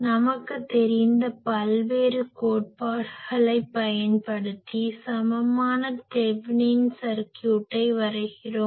நமக்கு தெரிந்த பல்வேறு கோட்பாடுகளை பயன்படுத்தி சமமான தெவெனின் சர்க்யூட்டை வரைகிறோம்